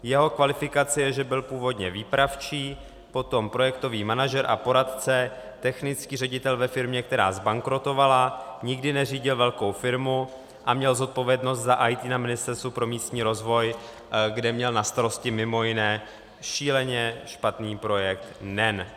Jeho kvalifikace je, že byl původně výpravčí, potom projektový manažer a poradce, technický ředitel ve firmě, která zbankrotovala, nikdy neřídil velkou firmu a měl zodpovědnost za IT na Ministerstvu pro místní rozvoj, kde měl na starosti mimo jiné šíleně špatný projekt NEN.